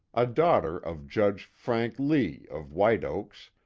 a daughter of judge frank lea of white oaks,